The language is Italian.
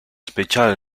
speciale